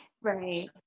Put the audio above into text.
Right